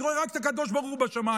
אני רואה רק את הקדוש ברוך הוא בשמיים.